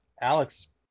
Alex